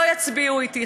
לא יצביעו אתי,